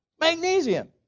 Magnesium